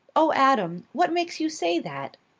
oh, adam! what makes you say that?